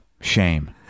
Shame